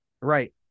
Right